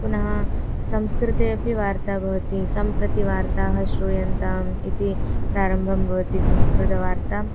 पुनः संस्कृते अपि वार्ता भवति सम्प्रति वार्ताः श्रूयन्ताम् इति प्रारम्भं भवति संस्कृतवार्ता